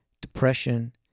depression